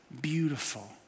beautiful